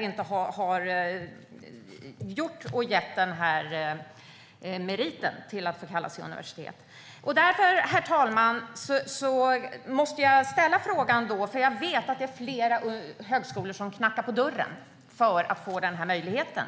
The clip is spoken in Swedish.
inte beviljade högskolor att kalla sig universitet. Jag vet att det är flera högskolor som knackar på dörren för att få denna möjlighet.